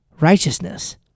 righteousness